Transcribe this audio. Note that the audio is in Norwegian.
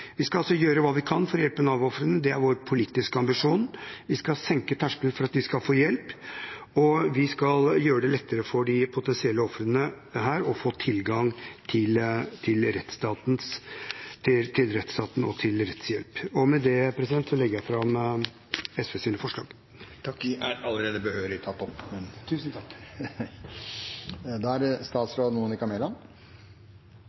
Vi skal altså gjøre hva vi kan for å hjelpe Nav-ofrene, det er vår politiske ambisjon. Vi skal senke terskelen for at de skal få hjelp, og vi skal gjøre det lettere for de potensielle ofrene å få tilgang til rettsstaten og til rettshjelp. Som følge av Navs feilpraktisering har et betydelig antall personer lidd urett. Det er en svært alvorlig sak med store konsekvenser for enkeltmennesker. Det